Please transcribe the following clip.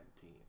team